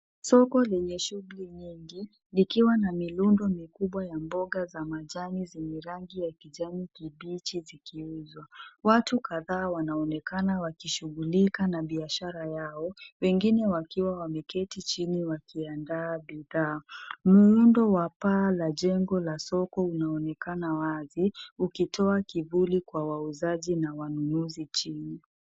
Soko lenye shughuli nyingi likiwa na mirundo mikubwa ya mboga za majani zenye rangi ya kijani kibichi zikiuzwa. Watu kadhaa wanaonekana wakishughulika na biashara yao wengine wakiwa wameketi chini wakiandaa bidhaa. Muundo wa paa la jengo la soko unaonekana wazi ukitoa kivuli kwa wauzaji na wanunuzi chini.